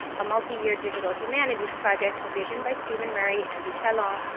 a multiyear digital humanities project envisioned by stephen murray, andrew tallon,